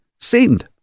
Send